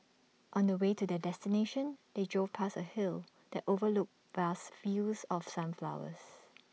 on the way to their destination they drove past A hill that overlooked vast fields of sunflowers